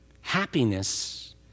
Happiness